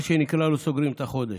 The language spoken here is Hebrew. מה שנקרא, לא סוגרים את החודש,